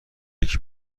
یکی